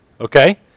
Okay